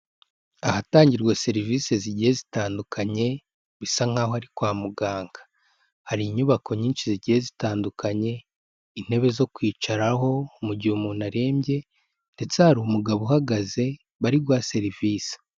Ahatangirwa serivisi zigiye zitandukanye bisa nk'aho ari kwa muganga. Hari inyubako nyinshi zigiye zitandukanye, intebe zo kwicaraho mu gihe umuntu arembye ndetse hari umugabo uhagaze bari guha serivisi.